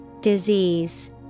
Disease